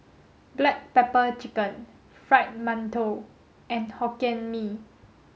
black pepper chicken fried Mantou and Hokkien Mee